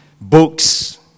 books